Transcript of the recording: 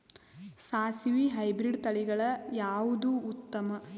ಸಾಸಿವಿ ಹೈಬ್ರಿಡ್ ತಳಿಗಳ ಯಾವದು ಉತ್ತಮ?